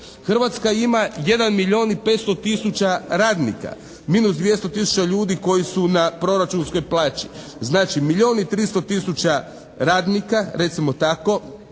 Hrvatska ima 1 milijun i 500 tisuća radnika, minus 200 tisuća ljudi koji su na proračunskoj plaći. Znači, milijun i 300 tisuća radnika recimo tako,